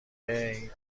این